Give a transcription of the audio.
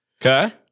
Okay